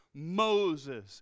Moses